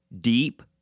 Deep